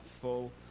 full